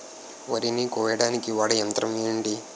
వరి ని కోయడానికి వాడే యంత్రం ఏంటి?